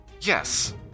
Yes